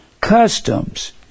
customs